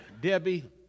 Debbie